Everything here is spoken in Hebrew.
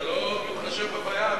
אתה לא מתחשב בבעיה המרכזית,